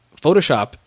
Photoshop